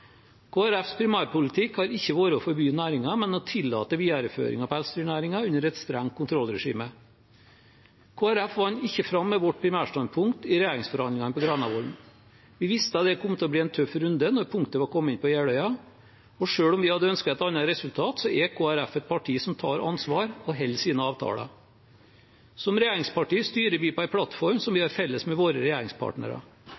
Folkepartis primærpolitikk har ikke vært å forby næringen, men å tillate videreføring av pelsdyrnæringen under et strengt kontrollregime. Kristelig Folkeparti vant ikke fram med sitt primærstandpunkt i regjeringsforhandlingene på Granavolden. Vi visste det kom til å bli en tøff runde når punktet var kommet inn på Jeløya. Selv om vi hadde ønsket et annet resultat, er Kristelig Folkeparti et parti som tar ansvar og holder sine avtaler. Som regjeringsparti styrer vi etter en plattform som vi